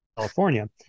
california